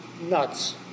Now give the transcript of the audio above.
nuts